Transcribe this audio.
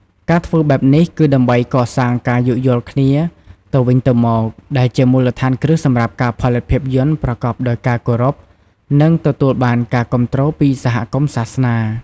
ការធ្វើបែបនេះគឺដើម្បី កសាងការយោគយល់គ្នាទៅវិញទៅមក ដែលជាមូលដ្ឋានគ្រឹះសម្រាប់ការផលិតភាពយន្តប្រកបដោយការគោរព និងទទួលបានការគាំទ្រពីសហគមន៍សាសនា។